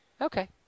Okay